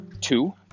Two